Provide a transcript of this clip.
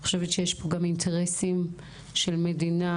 אני חושבת שיש פה גם אינטרסים של מדינה.